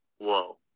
whoa